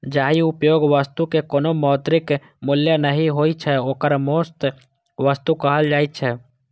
जाहि उपयोगी वस्तुक कोनो मौद्रिक मूल्य नहि होइ छै, ओकरा मुफ्त वस्तु कहल जाइ छै